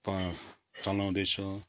पार चलाउँदैछ